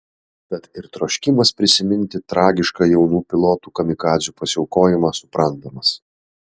tad ir troškimas prisiminti tragišką jaunų pilotų kamikadzių pasiaukojimą suprantamas